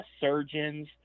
surgeons